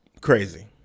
Crazy